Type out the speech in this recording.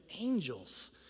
angels